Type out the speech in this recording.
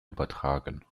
übertragen